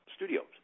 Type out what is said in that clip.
studios